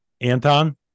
Anton